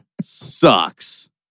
sucks